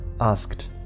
asked